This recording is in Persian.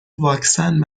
واکسن